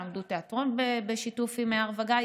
הם למדו תיאטרון בשיתוף הר וגיא.